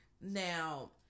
Now